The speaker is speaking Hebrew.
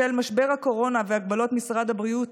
בשל משבר הקורונה והגבלות משרד הבריאות,